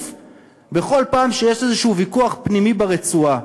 בכל פעם שיש איזה ויכוח פנימי ברצועה.